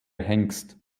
hengst